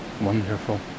Wonderful